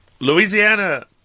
Louisiana